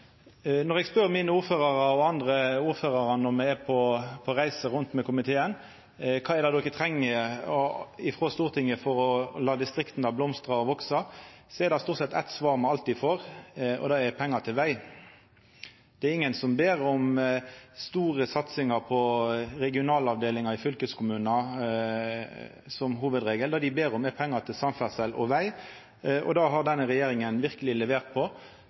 Når eg spør ordførarane mine og andre ordførarar når me er på reise med komiteen kva dei treng frå Stortinget for å la distrikta blomstra og veksa, er det stort sett eitt svar me alltid får, og det er: pengar til veg. Det er ingen som ber om store satsingar på regionalavdelinga i fylkeskommunen – som hovudregel. Det dei ber om, er pengar til samferdsel og veg, og det har denne regjeringa verkeleg levert på.